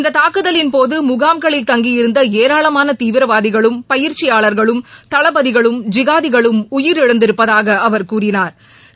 இந்த தாக்குதலின்போது முகாம்களில் தங்கியிருந்த ஏராளமான தீவிரவாதிகளும் பயிற்சியாளா்களும் தளபதிகளும் ஜிகாதிகளும் உயிரிழந்திருப்பதாக அவா் கூறினாா்